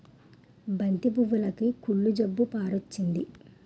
బంతి పువ్వులుకి కుళ్ళు జబ్బు పారొచ్చింది